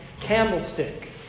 candlestick